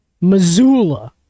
Missoula